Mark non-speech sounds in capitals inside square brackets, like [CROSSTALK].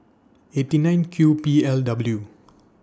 eight nine Q P L W [NOISE]